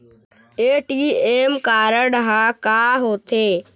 ATM card हा का होते?